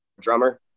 drummer